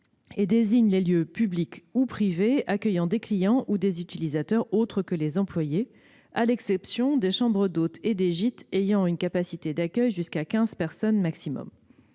Ils désignent les lieux publics ou privés accueillant des clients ou des utilisateurs autres que les employés, à l'exception des chambres d'hôtes et des gîtes ayant une capacité d'accueil allant jusqu'à quinze personnes au maximum.